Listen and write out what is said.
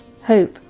hope